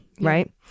right